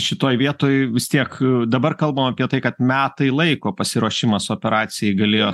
šitoj vietoj vis tiek dabar kalbama apie tai kad metai laiko pasiruošimas operacijai galėjo